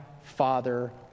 father